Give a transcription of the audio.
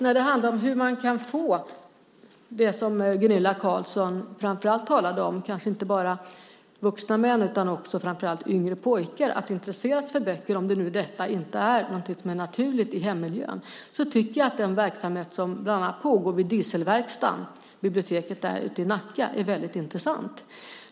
När det handlar om det som Gunilla Carlsson framför allt talade om, att få inte bara vuxna män utan också och framför allt yngre pojkar att intressera sig för böcker, om nu detta inte är något som är naturligt i hemmiljön, tycker jag att den verksamhet som bland annat pågår på biblioteket vid Dieselverkstaden ute i Nacka är väldigt intressant.